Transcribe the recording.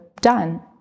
done